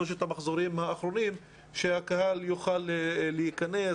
המחזורים האחרונים שהקהל יוכל להיכנס.